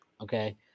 okay